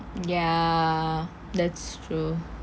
ya that's true